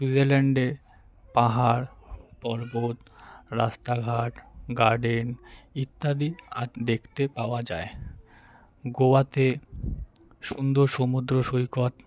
সুইজারল্যান্ডে পাহাড় পর্বত রাস্তাঘাট গার্ডেন ইত্যাদি আর দেখতে পাওয়া যায় গোয়াতে সুন্দর সমুদ্র সৈকত